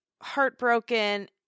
heartbroken